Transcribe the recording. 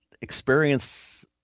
experience